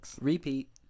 Repeat